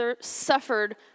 suffered